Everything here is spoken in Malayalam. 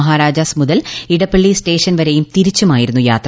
മഹാരാജാസ് മുതൽ ഇടപ്പള്ളി സ്റ്റേഷൻ വരെയും തിരിച്ചും ആയിരുന്നു യാത്ര